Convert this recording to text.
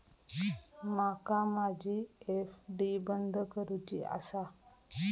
माका माझी एफ.डी बंद करुची आसा